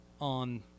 on